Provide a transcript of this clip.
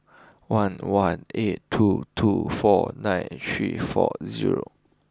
one one eight two two four nine three four zero